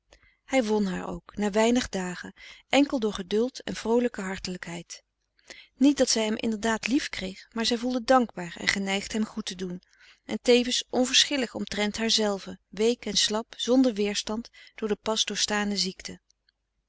hij won haar ook na weinig dagen enkel door geduld en vroolijke hartelijkheid niet dat zij hem indedaad liefkreeg maar zij voelde dankbaar en geneigd hem goed te doen en tevens onverschillig omtrent haarzelve week en slap zonder weerstand door de pas doorstane ziekte